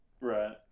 Right